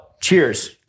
Cheers